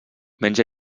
menja